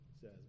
says